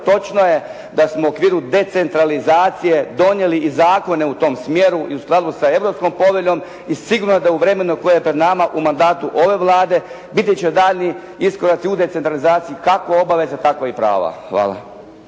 točno je da smo u okviru decentralizacije donijeli i zakone u tom smjeru i u skladu sa Europskom poveljom i sigurno je da u vremenu koje je pred nama u mandatu ove Vlade biti će daljnji iskoraci u decentralizaciji kako obaveza tako i prava.